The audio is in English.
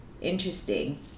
Interesting